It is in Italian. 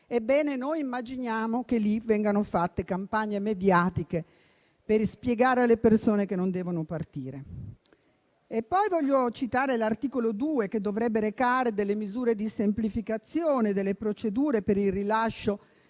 Ebbene, noi immaginiamo che lì vengano fatte campagne mediatiche, per spiegare alle persone che non devono partire? Voglio poi citare l'articolo 2, che dovrebbe recare misure di semplificazione delle procedure per il rilascio